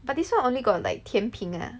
but this [one] only got like 甜品 ah